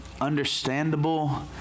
understandable